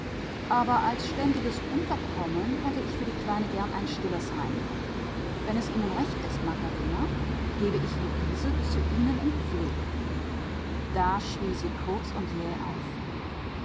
aber als ständiges unterkommen hätte ich für die kleine gern ein stilles heim wenn es ihnen recht ist magdalena gebe ich luise zu ihnen in pflege da schrie sie kurz und